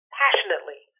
passionately